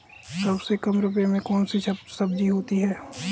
सबसे कम रुपये में कौन सी सब्जी होती है?